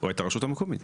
או את הרשות המקומית.